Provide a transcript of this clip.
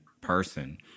person